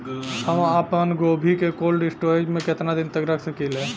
हम आपनगोभि के कोल्ड स्टोरेजऽ में केतना दिन तक रख सकिले?